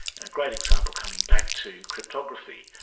a great example, coming back to cryptography,